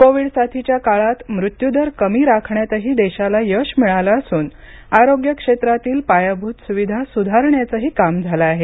Covid साथीच्या काळात मृत्युदर कमी राखण्यातही देशाला यश मिळालं असून आरोग्य क्षेत्रातील पायाभूत सुविधा सुधारण्याचंही काम झालं आहे